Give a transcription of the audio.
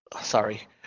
sorry